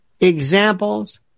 examples